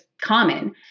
common